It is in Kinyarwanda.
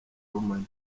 money